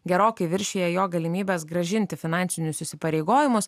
gerokai viršija jo galimybes grąžinti finansinius įsipareigojimus